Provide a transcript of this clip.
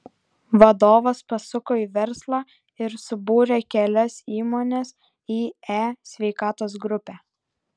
vadovas pasuko į verslą ir subūrė kelias įmones į e sveikatos grupę